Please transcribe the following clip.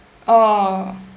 oh